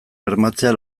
bermatzea